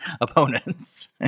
opponents